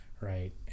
Right